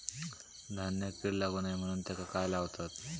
धान्यांका कीड लागू नये म्हणून त्याका काय लावतत?